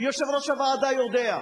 ויושב-ראש הוועדה יודע,